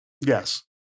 Yes